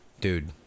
Dude